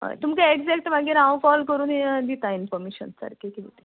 हय तुमकां एग्जॅक्ट मागीर हांव कॉल करून दिता इन्फॉर्मेशन सारकी कितें ती